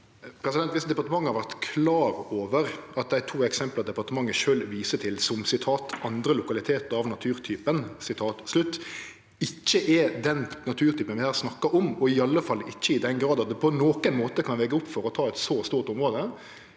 Viss departe- mentet har vore klar over at dei to eksempla departementet sjølv viser til som «andre lokalitetar av naturtypen», ikkje er den naturtypen vi her snakkar om – og iallfall ikkje i den grad at det på nokon måte kan vege opp for å ta eit så stort område